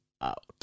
out